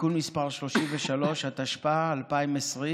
(תיקון מס' 33), התשפ"א 2020,